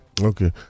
Okay